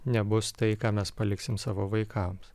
nebus tai ką mes paliksim savo vaikams